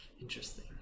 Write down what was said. Interesting